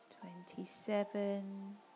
twenty-seven